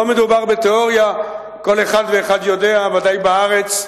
לא מדובר בתיאוריה, כל אחד ואחד יודע, ודאי בארץ,